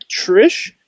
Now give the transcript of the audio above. Trish